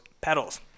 pedals